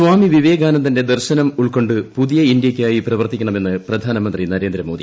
സ്വാമി വിവേകാനന്ദന്റെ ദർശനം ഉൾക്കൊണ്ട് പുതിയ ഇന്ത്യയ്ക്കായി പ്രവർത്തിക്കണമെന്ന് പ്രധാനമന്ത്രി നരേന്ദ്രമോദി